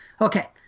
Okay